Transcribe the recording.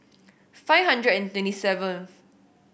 five hundred and twenty seventh